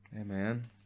Amen